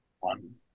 one